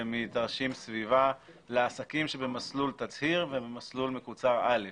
ומתרשים סביבה לעסקים שהם במסלול תצהיר ובמסלול מקוצר א'.